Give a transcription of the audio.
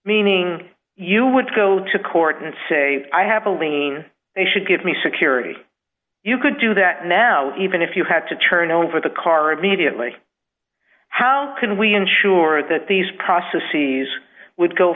meaning you would go to court and say i have a lien they should give me security you could do that now even if you had to turn over the car immediately how can we ensure that these process seize would go